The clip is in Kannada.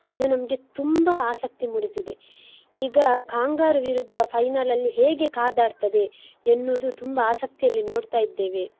ಅದು ನಮಗೆ ತುಂಬ ಆಸಕ್ತಿ ಮೂಡಿಸಿದೆ ಈಗ ಕಾಂಗಾರ್ ವಿರುದ್ದ ಫೈನಲಲ್ಲಿ ಹೇಗೆ ಕಾದಾಡ್ತದೆ ಎನ್ನೋದು ತುಂಬ ಆಸಕ್ತಿಯಲ್ಲಿ ನೋಡ್ತಾ ಇದ್ದೇವೆ